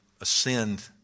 ascend